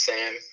Sam